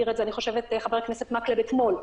ונדמה שחבר הכנסת מקלב הזכיר זאת אתמול.